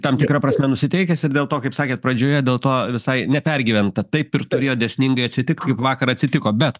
tam tikra prasme nusiteikęs ir dėl to kaip sakėt pradžioje dėl to visai nepergyventa taip ir turėjo dėsningai atsitikt kaip vakar atsitiko bet